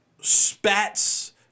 spats